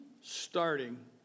starting